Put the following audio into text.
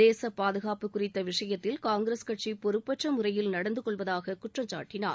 தேசப் பாதுகாப்பு குறித்த விஷயத்தில் காங்கிரஸ் கட்சி பொறுப்பற்ற முறையில் நடந்து கொள்வதாக குற்றம் சாட்டினார்